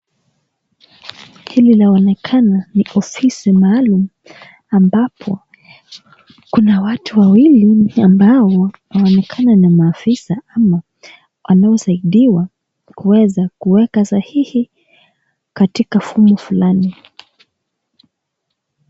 Hili linaonekana ni ofisi maalum, ambapo kuna watu wawili, ambao wanaonekana ni maafisa ama wanaosadiwa kuweza kuweka ssahihi katika fomu fulani.